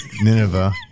Nineveh